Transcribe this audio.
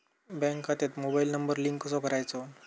Bank खात्यात mobile number link कसो करायचो?